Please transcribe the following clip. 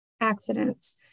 accidents